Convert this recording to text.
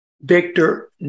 Victor